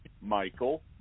Michael